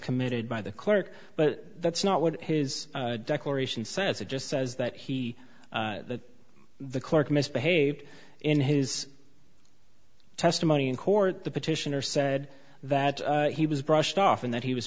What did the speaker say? committed by the clerk but that's not what his declaration says it just says that he the clerk misbehaved in his testimony in court the petitioner said that he was brushed off and that he was